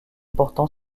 portant